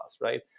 right